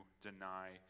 deny